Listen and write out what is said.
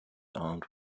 armed